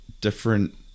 different